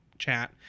Chat